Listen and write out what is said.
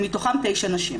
ומתוכם תשע נשים.